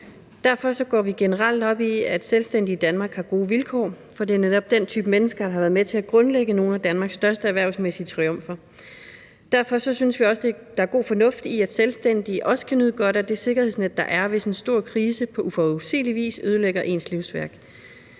Derfor går vi generelt op i, at selvstændige i Danmark har gode vilkår, for det er netop den type mennesker, der har været med til at grundlægge nogle af Danmarks største erhvervsmæssige triumfer. Derfor synes vi også, der er god fornuft i, at selvstændige også kan nyde godt af det sikkerhedsnet, der er, hvis en stor krise på uforudsigelig vis ødelægger ens livsværk.